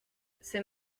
c’est